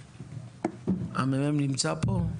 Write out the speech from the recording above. הממ"מ נמצאים פה?